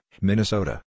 Minnesota